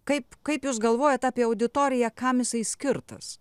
kaip kaip jūs galvojat apie auditoriją kam jisai skirtas